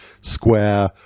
Square